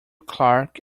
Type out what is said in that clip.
clark